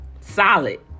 solid